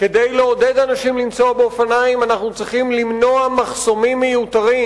כדי לעודד אנשים לנסוע באופניים אנחנו צריכים למנוע מחסומים מיותרים,